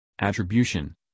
attribution